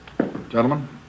Gentlemen